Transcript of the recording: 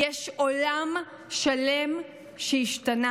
יש עולם שלם שהשתנה.